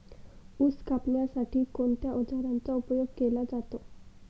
ऊस कापण्यासाठी कोणत्या अवजारांचा उपयोग केला जातो?